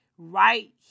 right